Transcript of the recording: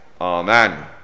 Amen